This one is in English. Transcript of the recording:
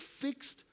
fixed